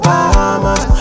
Bahamas